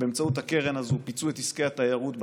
באמצעות הקרן הזו פיצו את עסקי התיירות בצפון,